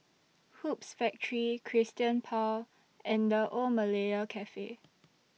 Hoops Factory Christian Paul and The Old Malaya Cafe